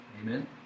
amen